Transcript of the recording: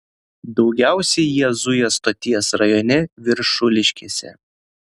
daugiausiai jie zuja stoties rajone viršuliškėse